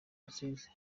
rusizi